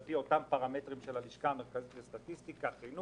וזה על פי אותם פרמטרים של הלשכה המרכזית לסטטיסטיקה - חינוך,